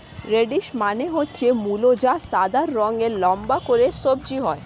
radish মানে হচ্ছে মূলো যা সাদা রঙের লম্বা করে সবজি হয়